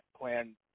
plan